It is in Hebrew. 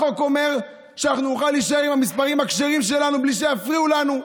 החוק אומר שאנחנו נוכל להישאר עם המספרים הכשרים שלנו בלי שיפריעו לנו,